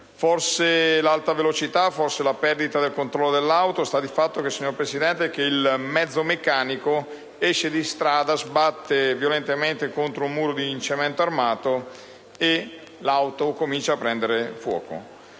Forse l'alta velocità, forse la perdita di controllo dell'auto, sta di fatto, signor Presidente, che il mezzo meccanico esce di strada, sbatte violentemente contro un muro in cemento armato e l'auto comincia a prendere fuoco.